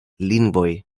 lingvoj